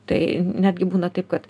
tai netgi būna taip kad